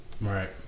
right